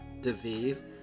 disease